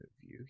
View